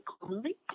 commonly